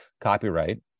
copyright